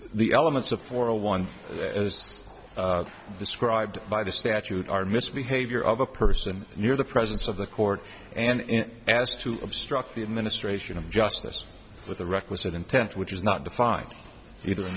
the elements of four a one as described by the statute are misbehavior of a person near the presence of the court and asked to obstruct the administration of justice with the requisite intent which is not defined either in